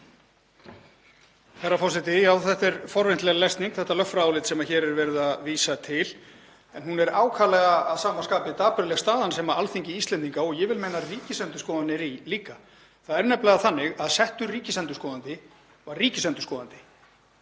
Herra forseti. Já, þetta er forvitnileg lesning, þetta lögfræðiálit sem hér er verið að vísa til. En hún er að sama skapi ákaflega dapurleg staðan sem Alþingi Íslendinga og ég vil meina Ríkisendurskoðun er í líka. Það er nefnilega þannig að settur ríkisendurskoðandi var ríkisendurskoðandi.